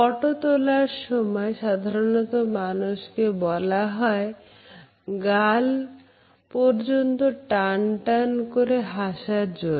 photo তোলার সময় সাধারণত মানুষকে বলা হয় গাল পর্যন্ত টানটান করে হাসার জন্য